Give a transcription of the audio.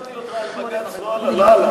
אני שאלתי אותך על בג"ץ, לא על ערבים.